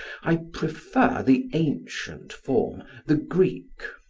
i prefer the ancient form the greek.